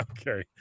Okay